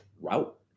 route